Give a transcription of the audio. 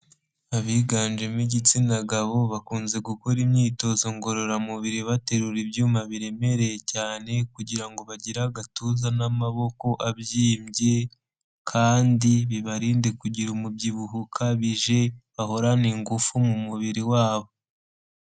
Abiganjemo igitsina gabo bakunze gukora imyitozo ngororamubiri baterura ibyuma biremereye cyane kugira ngo bagire agatuza n'amaboko abyimbye kandi bibarinde kugira umubyibuho ukabije bahoe ingufu mu mubiri wabo.